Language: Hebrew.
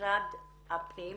משרד הפנים,